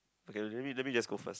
okay let me let me just go first lah